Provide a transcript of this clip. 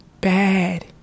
bad